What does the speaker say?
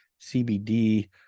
CBD